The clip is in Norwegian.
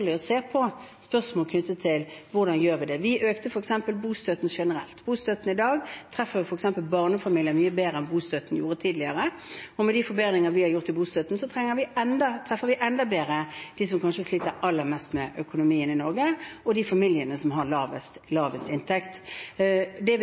å se på spørsmål knyttet til hvordan vi gjør det. Vi økte f.eks. bostøtten generelt. Bostøtten i dag treffer f.eks. barnefamiliene mye bedre enn bostøtten gjorde tidligere, og med de forbedringer vi har gjort i bostøtten, treffer vi enda bedre dem som kanskje sliter aller mest med økonomien i Norge, og de familiene som har lavest inntekt. Det betyr at bostøtte er et godt virkemiddel. Det var det vi